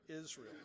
Israel